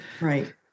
right